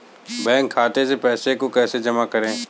Bank खाते से पैसे को कैसे जमा करें?